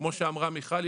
כמו שאמרה מיכל,